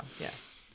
Yes